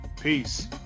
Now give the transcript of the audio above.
Peace